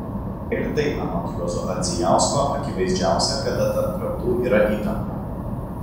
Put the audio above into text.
ir tai anot juozo ardzijausko akivaizdžiausia kada tarp krantų yra įtampa